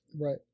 right